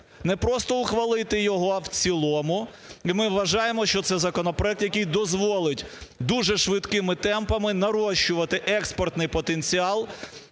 не просто ухвалити його, а в цілому. І ми вважаємо, що це законопроект, який дозволить дуже швидкими темпами нарощувати експортний потенціал,